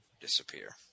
disappear